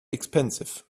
expensive